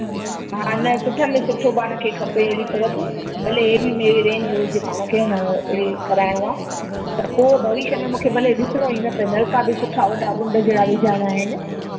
हा न सुठनि में सुठो पाण खे खपे अहिड़ी तरफ़ भले अहिड़ी रेंज हुजे पाण खे आहे न अहिड़ी कराइणो आहे त पोइ भविष्य में मूंखे भले ॾिसणो ई न पए नलका बि सुठा वॾा बुंड जेड़ा विझायणा आहिनि